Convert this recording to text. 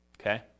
okay